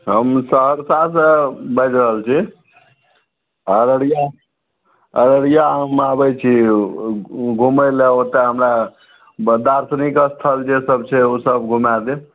हम सहरसासँ बाजि रहल छी अररिया अररिया हम आबै छी घुमै लऽ ओतऽ हमरा दार्शनिक स्थल जे सब छै ओ सब घुमाए देब